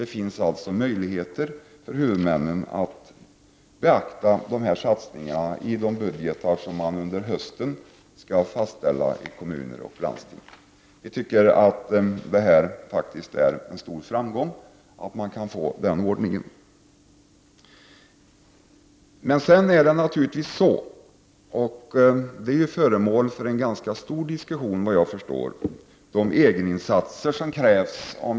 Det finns alltså möjligheter för huvudmännen att beakta dessa satsningar i de budgetar som skall fastställas under hösten i kommuner och landsting. Vi tycker faktiskt att vi har nått en stor framgång i och med att denna ordning har kunnat införas. Såvitt jag förstår är de egeninsatser som krävs föremål för diskussioner.